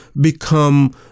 become